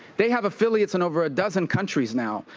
they have affiliates in over a dozen countries now.